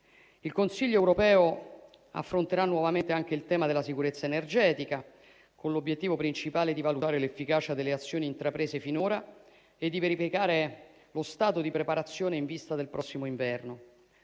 Il Consiglio europeo affronterà nuovamente anche il tema della sicurezza energetica, con l'obiettivo principale di valutare l'efficacia delle azioni intraprese finora e di verificare lo stato di preparazione in vista del prossimo inverno.